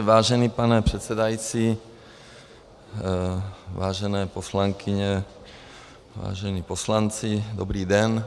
Vážený pane předsedající, vážené poslankyně, vážení poslanci, dobrý den.